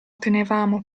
tenevamo